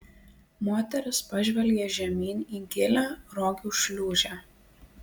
moteris pažvelgė žemyn į gilią rogių šliūžę